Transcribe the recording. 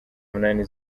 munani